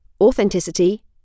authenticity